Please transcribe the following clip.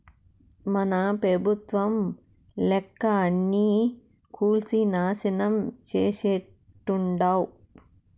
మన పెబుత్వం లెక్క అన్నీ కూల్సి నాశనం చేసేట్టుండావ్